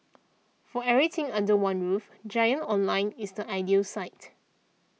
for everything under one roof Giant Online is the ideal site